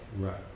right